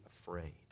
afraid